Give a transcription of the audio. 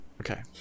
Okay